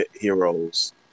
heroes